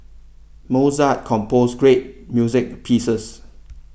Mozart composed great music pieces